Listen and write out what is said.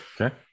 Okay